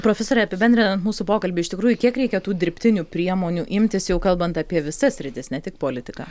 profesore apibendrinant mūsų pokalbį iš tikrųjų kiek reikia tų dirbtinių priemonių imtis jau kalbant apie visas sritis ne tik politiką